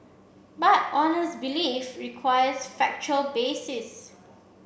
but honest belief requires factual basis